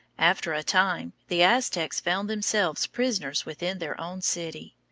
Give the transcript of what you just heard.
after a time the aztecs found themselves prisoners within their own city.